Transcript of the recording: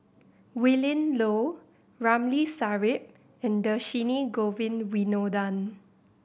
Willin Low Ramli Sarip and Dhershini Govin Winodan